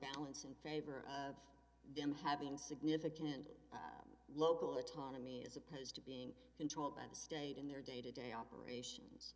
balance in favor of them having significant local autonomy is opposing controlled by the state in their day to day operations